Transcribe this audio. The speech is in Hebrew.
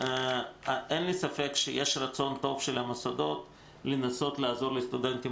אין לי ספק שיש רצון טוב של המוסדות לנסות לעזור לסטודנטים